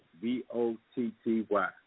B-O-T-T-Y